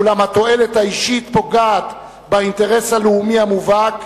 "אולם התועלת האישית פוגעת באינטרס הלאומי המובהק,